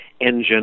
engine